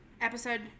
episode